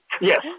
Yes